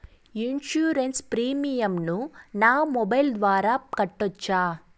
Insurance premium ను నా mobile ద్వారా కట్టొచ్చా?